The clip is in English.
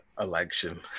election